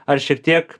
ar šiek tiek